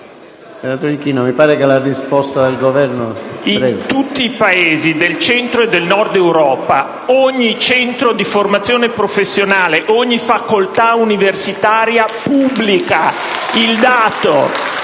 in tutti i Paesi del Centro e del Nord Europa ogni centro di formazione professionale, ogni facoltà universitaria pubblica il dato